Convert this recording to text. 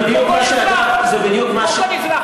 כמו כל אזרח: